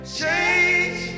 change